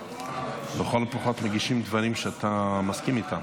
לכל הפחות מגישים דברים שאתה מסכים איתם.